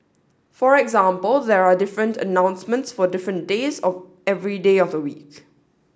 for example there are different announcements for different days of every day of the week